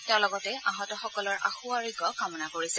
তেওঁ লগতে আহত সকলৰ আশু আৰোগ্য কামনা কৰিছে